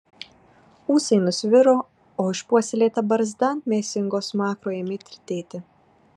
ūsai nusviro o išpuoselėta barzda ant mėsingo smakro ėmė tirtėti